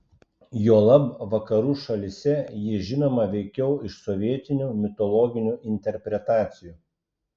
juolab vakarų šalyse ji žinoma veikiau iš sovietinių mitologinių interpretacijų